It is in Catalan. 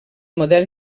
model